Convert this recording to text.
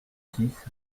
six